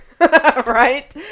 Right